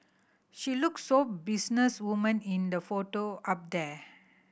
she look so business woman in the photo up there